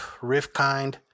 Riffkind